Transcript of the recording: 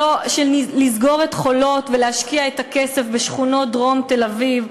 לסגור את "חולות" ולהשקיע את הכסף בשכונות דרום תל-אביב,